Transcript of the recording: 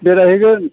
बेरायहैगोन